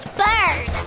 bird